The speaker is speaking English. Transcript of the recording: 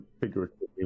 figuratively